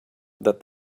that